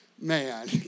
man